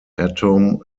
atom